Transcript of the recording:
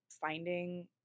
finding